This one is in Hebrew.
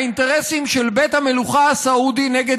האינטרסים של בית המלוכה הסעודי נגד